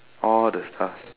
all the stuff